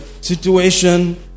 situation